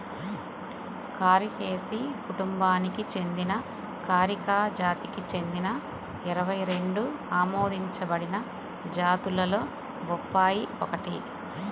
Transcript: కారికేసి కుటుంబానికి చెందిన కారికా జాతికి చెందిన ఇరవై రెండు ఆమోదించబడిన జాతులలో బొప్పాయి ఒకటి